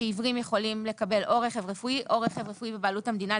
שעיוורים יכולים לקבל או רכב רפואי או רכב רפואי בבעלות המדינה,